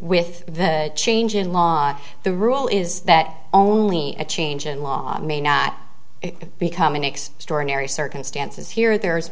with the change in law on the rule is that only a change in law may not become in extraordinary circumstances here there